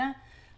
הבנו.